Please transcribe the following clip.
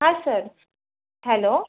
हां sir hello